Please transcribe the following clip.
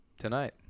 Tonight